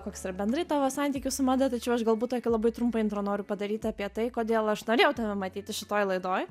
koks ir bendrai tavo santykių su mada tačiau aš galbūt tokia labai trumpai antra noriu padaryti apie tai kodėl aš norėjau tave matyti šitoje laidoje